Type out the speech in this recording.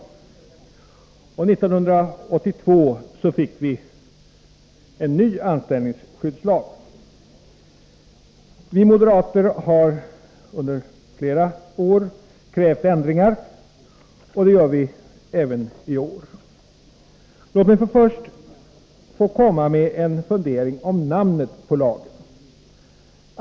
1982 fick vi en ny anställningsskyddslag. Vi moderater har under flera år krävt ändringar, och det gör vi även i år. Låt mig först få komma med en fundering om namnet på lagen.